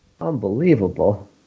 Unbelievable